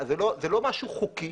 זה לא משהו חוקי,